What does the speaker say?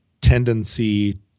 tendency